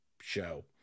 show